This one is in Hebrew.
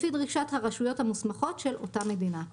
לפי דרישת הרשויות המוסמכות של אותה מדינה.